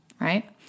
right